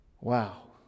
Wow